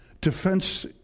defense